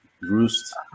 roost